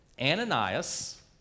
Ananias